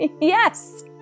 yes